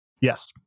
Yes